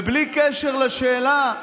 ובלי קשר לשאלה,